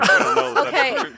Okay